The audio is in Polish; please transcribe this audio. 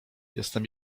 jestem